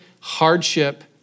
hardship